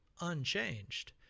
unchanged